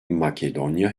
makedonya